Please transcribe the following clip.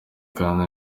kandi